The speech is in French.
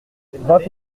vingt